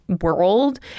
world